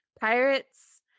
pirates